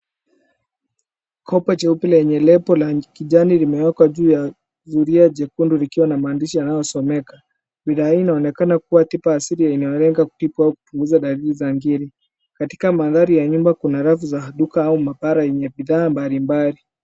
Kopa jeupe lenye lebo la kijani limewekwa juu ya zulia jekundu likiwa na maandishi yanayosomeka. Bidhaa hii inaonekana kuwa tina asili inayolenga kutibu au kupunguza dalili za ngiri. Katika mandhari ya nyumba kuna rafu za duka au maabara yenye bidhaa mbalimbali.